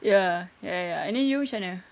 ya ya ya and then you macam mana